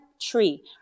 tree